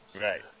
Right